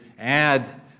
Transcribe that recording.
add